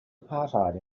apartheid